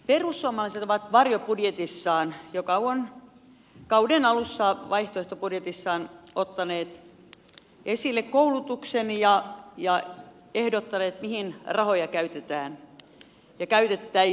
perussuomalaiset ovat jo kauden alussa vaihtoehtobudjetissaan ottaneet esille koulutuksen ja ehdottaneet mihin rahoja käytettäisiin